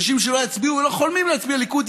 אנשים שלא חולמים להצביע ליכוד,